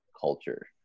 culture